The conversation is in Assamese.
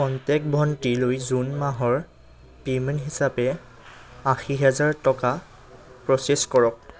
কন্টেক্ট ভণ্টিলৈ জুন মাহৰ পে'মেণ্ট হিচাপে আশী হাজাৰ টকা প্ৰ'চেছ কৰক